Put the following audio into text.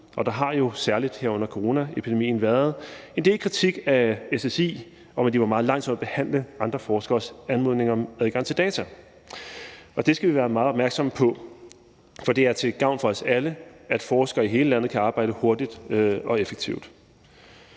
der har jo særlig her under coronaepidemien været en del kritik af SSI om, at de var meget lang tid om at behandle andre forskeres anmodninger om adgang til data, og det skal vi være meget opmærksomme på. For det er til gavn for os alle, at forskere i hele landet kan arbejde hurtigt og effektivt.